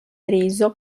riso